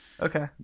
Okay